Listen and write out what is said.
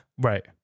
Right